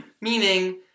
meaning